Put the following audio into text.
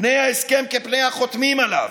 פני ההסכם כפני החותמים עליו,